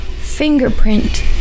fingerprint